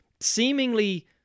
seemingly